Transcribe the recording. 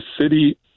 city